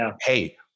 hey